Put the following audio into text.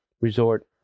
resort